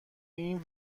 این